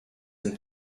and